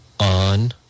On